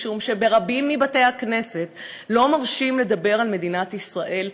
משום שברבים מבתי-הכנסת לא מרשים לדבר על מדינת ישראל?